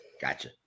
Gotcha